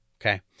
Okay